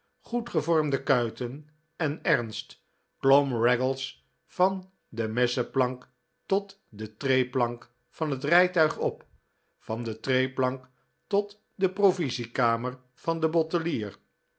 goedgevormde kuiten en ernst klom raggles van de messenplank tot de treeplank van het rijtuig op van de treeplank tot de provisiekamer van den bottelier